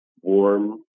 warm